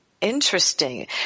interesting